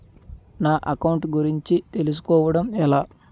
నా అకౌంట్ గురించి తెలుసు కోవడం ఎలా?